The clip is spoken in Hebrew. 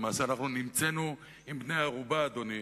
למעשה, אנחנו נמצאנו עם בני-ערובה, אדוני,